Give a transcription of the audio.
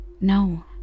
No